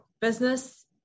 business